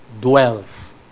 dwells